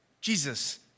Jesus